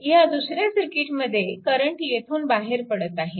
ह्या दुसऱ्या सर्किटमध्ये करंट येथून बाहेर पडत आहे